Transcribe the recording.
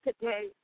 today